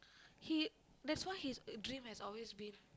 he that's why his dream has always been